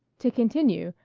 to continue,